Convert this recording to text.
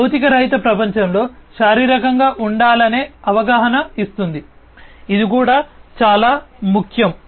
భౌతిక రహిత ప్రపంచంలో శారీరకంగా ఉండాలనే అవగాహన ఇస్తుంది ఇది కూడా చాలా ముఖ్యం